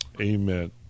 Amen